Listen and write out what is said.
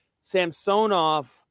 Samsonov